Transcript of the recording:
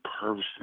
person